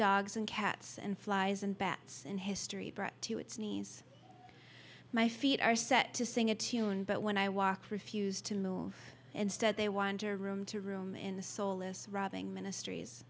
dogs and cats and flies and bats and history brought to its knees my feet are set to sing a tune but when i walk refused to move instead they wander room to room in the solace robbing ministries